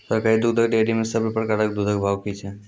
सरकारी दुग्धक डेयरी मे सब प्रकारक दूधक भाव की छै?